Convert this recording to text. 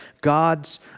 God's